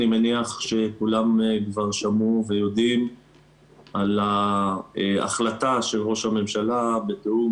אני מניח שכולם כבר שמעו ויודעים על החלטה של ראש הממשלה בתיאום,